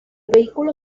vehículo